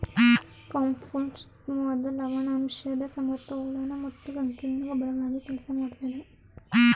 compost ಉತ್ತಮ್ವಾದ ಲವಣಾಂಶದ್ ಸಮತೋಲನ ಮತ್ತು ಸಂಕೀರ್ಣ ಗೊಬ್ರವಾಗಿ ಕೆಲ್ಸ ಮಾಡ್ತದೆ